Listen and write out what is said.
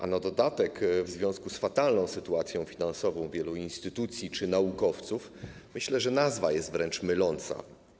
A na dodatek w związku z fatalną sytuacją finansową wielu instytucji czy naukowców, jak myślę, nazwa jest wręcz myląca.